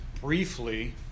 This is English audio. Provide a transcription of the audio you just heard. briefly